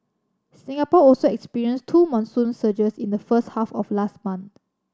Singapore also experienced two monsoon surges in the first half of last month